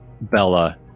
Bella